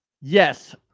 Yes